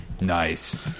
Nice